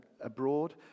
abroad